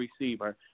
receiver